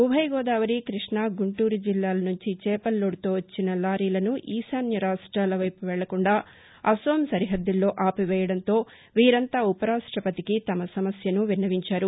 ఉభయ గోదావరి క్బష్ణా గుంటూరు జిల్లాల సుంచి చేపల లోడుతో వచ్చిన లారీలను ఈశాన్య రాష్ట్లాల వైపు వెళ్లకుండా అసోం సరిహద్దుల్లో ఆపివేయడంతో వీరంతా ఉపరాష్టపతికి తమ సమస్యను విన్నవించారు